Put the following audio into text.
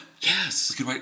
Yes